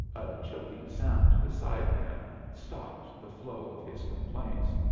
choking sound beside him stopped the flow of his complaints.